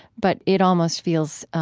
but it almost feels, um,